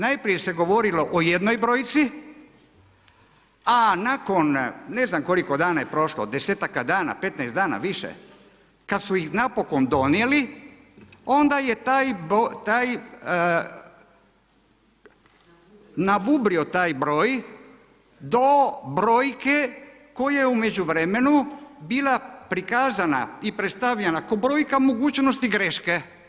Najprije se govorilo o jednoj brojci, a nakon ne znam koliko dana je prošlo desetak dana, 15 dana, više, kad su ih napokon donijeli, onda je taj broj, nabubrio taj broj do brojke koja je u međuvremenu bila prikazana i predstavljana kao brojka mogućnosti greške.